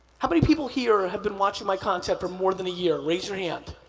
how many people here have been watching my content for more than a year? raise your hand.